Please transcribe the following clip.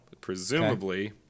presumably